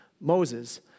Moses